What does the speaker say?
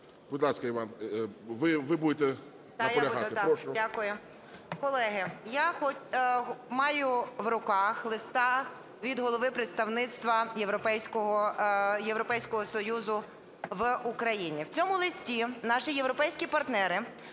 Будь ласка, ви будете наполягати?